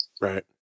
Right